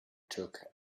took